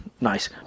nice